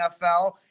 NFL